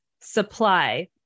supply